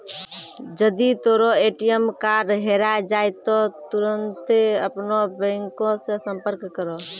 जदि तोरो ATM card हेराय जाय त तुरन्ते अपनो बैंको से संपर्क करो